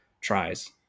tries